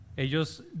Ellos